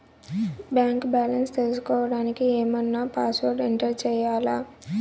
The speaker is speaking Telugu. బ్యాంకు బ్యాలెన్స్ తెలుసుకోవడానికి ఏమన్నా పాస్వర్డ్ ఎంటర్ చేయాలా?